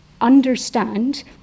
understand